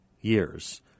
years